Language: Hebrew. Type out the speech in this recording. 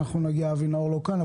אבי נאור לא כאן,